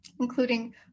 including